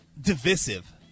divisive